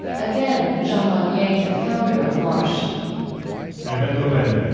again, jean vanier, the founder of l'arche i remember when